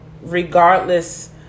regardless